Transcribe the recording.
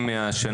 מה הבעיה